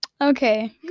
Okay